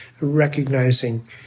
recognizing